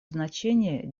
значение